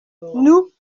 nous